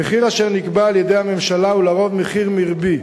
המחיר אשר נקבע על-ידי הממשלה הוא לרוב מחיר מרבי,